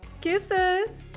Kisses